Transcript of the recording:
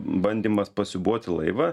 bandymas pasiūbuoti laivą